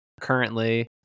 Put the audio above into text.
currently